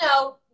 No